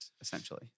essentially